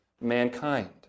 mankind